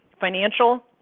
financial